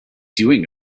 doing